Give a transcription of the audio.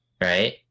right